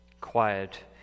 Quiet